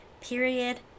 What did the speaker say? period